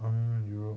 mm europe